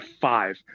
five